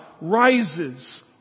rises